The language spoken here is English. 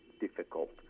difficult